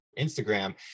Instagram